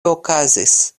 okazis